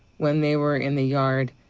when they were in the yard,